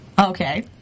okay